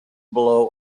below